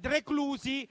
reclusi